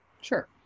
Sure